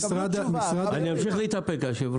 אז תקבלו תשובה.